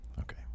Okay